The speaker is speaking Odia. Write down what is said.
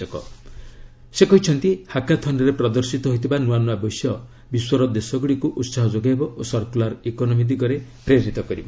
ପ୍ରଧାନମନ୍ତ୍ରୀ କହିଛନ୍ତି ହାକାଥନ୍ରେ ପ୍ରଦର୍ଶିତ ହୋଇଥିବା ନୂଆ ବିଷୟ ବିଶ୍ୱର ଦେଶଗୁଡ଼ିକୁ ଉତ୍ସାହ ଯୋଗାଇବ ଓ ସର୍କୁଲାର ଇକୋନମି ଦିଗରେ ପ୍ରେରିତ କରିବ